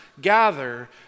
gather